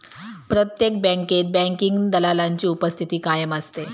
प्रत्येक बँकेत बँकिंग दलालाची उपस्थिती कायम असते